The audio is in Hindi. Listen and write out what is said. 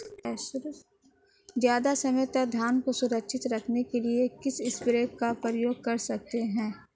ज़्यादा समय तक धान को सुरक्षित रखने के लिए किस स्प्रे का प्रयोग कर सकते हैं?